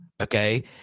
Okay